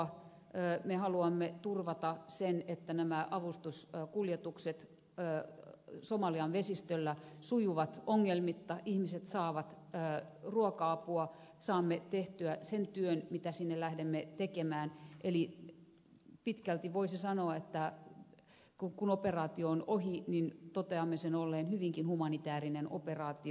me haluamme turvata sen että nämä avustuskuljetukset somalian vesistöllä sujuvat ongelmitta ihmiset saavat ruoka apua saamme tehtyä sen työn mitä sinne lähdemme tekemään eli pitkälti voisi sanoa että kun operaatio on ohi niin toteamme sen olleen hyvinkin humanitäärinen operaatio